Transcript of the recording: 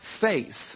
faith